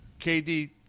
KD